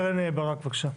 קרן ברק, בבקשה.